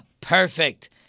Perfect